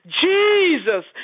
Jesus